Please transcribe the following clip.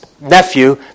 nephew